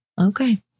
Okay